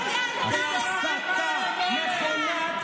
אף אחד לא יודע שר למה אתה.